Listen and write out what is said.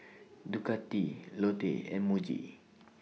Ducati Lotte and Muji